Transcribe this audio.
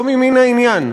לא ממין העניין.